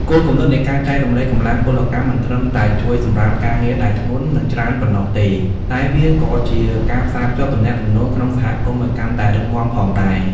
គោលគំនិតនៃការចែករំលែកកម្លាំងពលកម្មមិនត្រឹមតែជួយសម្រាលការងារដែលធ្ងន់ និងច្រើនប៉ុណ្ណោះទេ តែវាក៏ជាការផ្សារភ្ជាប់ទំនាក់ទំនងក្នុងសហគមន៍ឱ្យកាន់តែរឹងមាំផងដែរ។